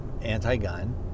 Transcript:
anti-gun